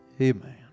Amen